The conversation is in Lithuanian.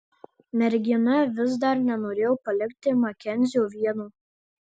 mergina vis dar nenorėjo palikti makenzio vieno